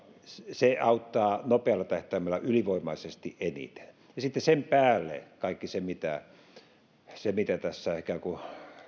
se auttaa nopealla tähtäimellä ylivoimaisesti eniten ja sitten sen päälle tulee kaikki se mitä se mitä tässä ikään kuin